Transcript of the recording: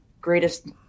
greatest